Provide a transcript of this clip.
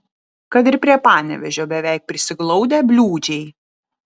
kad ir prie panevėžio beveik prisiglaudę bliūdžiai